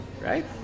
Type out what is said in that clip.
Right